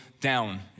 down